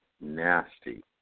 nasty